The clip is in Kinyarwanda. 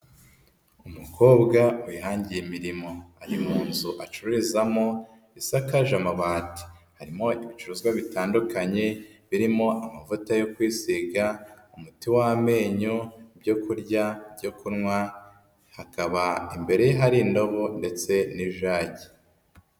Umukobwa wihangiye imirimo ari mu nzu acururizamo isakaje amabati, harimo ibicuruzwa bitandukanye birimo amavuta yo kwisiga umuti w'amenyo, ibyo kurya, ibyo kunywa hakaba imbere ye hari indobo ndetse n'ijagi.